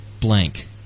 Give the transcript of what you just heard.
blank